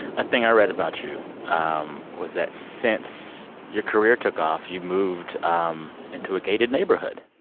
a thing i read about you um was that since your career took off, you moved um into a gated neighborhood